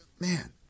Man